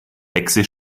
hexe